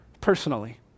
personally